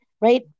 right